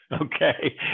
Okay